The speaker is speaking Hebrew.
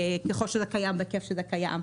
ככל שזה קיים ובהיקף שזה קיים,